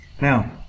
Now